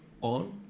on